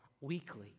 weekly